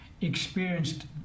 experienced